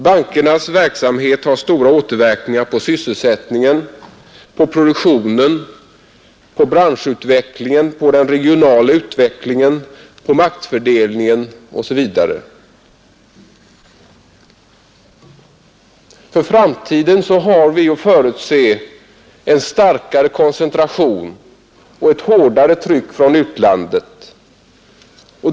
Bankernas verksamhet har stora återverkningar på sysselsättningen, produktionen, branschutvecklingen, den regionala utvecklingen, maktfördelningen osv. För framtiden har vi att förutse en starkare koncentration och ett hårdare tryck från utlandet.